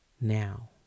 now